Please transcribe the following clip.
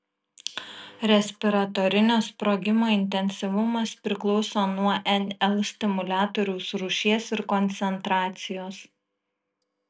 respiratorinio sprogimo intensyvumas priklauso nuo nl stimuliatoriaus rūšies ir koncentracijos